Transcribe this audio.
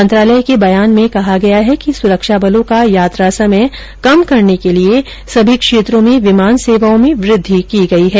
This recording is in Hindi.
मंत्रालय के बयान में कहा गया है कि सुरक्षा बलों का यात्रा समय कम करने के लिये सभी क्षेत्रों में विमान सेवाओं में वृद्धि की गयी है